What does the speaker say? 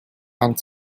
and